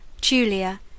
Julia